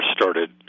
started